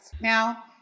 Now